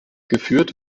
geführt